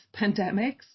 pandemics